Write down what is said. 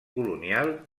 colonial